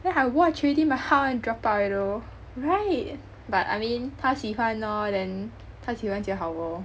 then I watch already my heart want to drop out you know right but I mean 他喜欢 loh then 他喜欢就好 lor